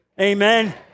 Amen